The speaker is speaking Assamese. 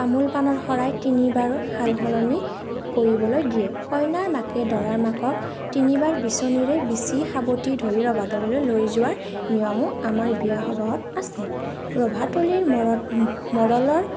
তামোল পানৰ শৰাই তিনিবাৰ সাল সলনি কৰিবলৈ দিয়ে কইনাৰ মাকে দৰাৰ মাকক তিনিবাৰ বিচনীৰে বিচি সাবটি ধৰি ৰভা তললৈ লৈ যোৱাৰ নিয়মো আমাৰ বিয়া সবাহত আছে ৰভাতলিৰ মৰত মৰলৰ